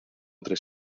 tres